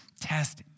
test